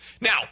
Now